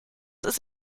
ist